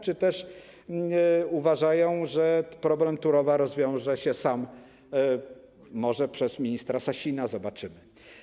Czy też uważają, że problem Turowa rozwiąże się sam, może przez ministra Sasina, zobaczymy.